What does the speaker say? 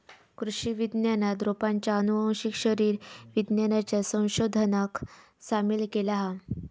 कृषि विज्ञानात रोपांच्या आनुवंशिक शरीर विज्ञानाच्या संशोधनाक सामील केला हा